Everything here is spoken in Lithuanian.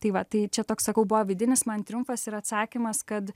tai va tai čia toks sakau buvo vidinis man triumfas ir atsakymas kad